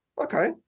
Okay